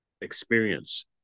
experience